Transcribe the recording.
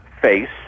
face